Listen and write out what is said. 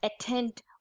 attend